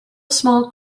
small